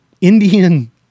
Indian